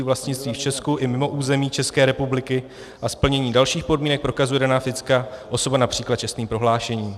Vlastnictví v Česku i mimo území České republiky a splnění dalších podmínek prokazuje daná fyzická osoba například čestným prohlášením.